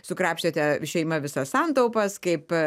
sukrapštėte šeima visas santaupas kaip